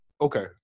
okay